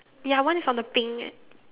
ya one is on the pink